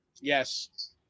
Yes